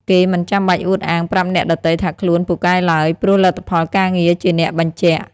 គេមិនចាំបាច់អួតអាងប្រាប់អ្នកដទៃថាខ្លួនពូកែឡើយ ព្រោះលទ្ធផលការងារជាអ្នកបញ្ជាក់។